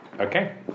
Okay